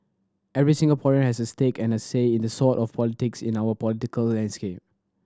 every Singaporean has a stake and a say in the sort of politics in our political landscape